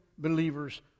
believer's